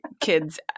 kids